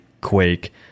Quake